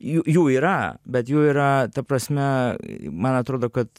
jų jų yra bet jų yra ta prasme man atrodo kad